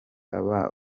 aba